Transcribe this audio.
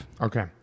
Okay